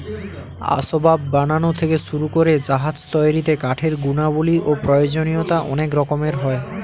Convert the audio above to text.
আসবাব বানানো থেকে শুরু করে জাহাজ তৈরিতে কাঠের গুণাবলী ও প্রয়োজনীয়তা অনেক রকমের হয়